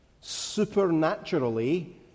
supernaturally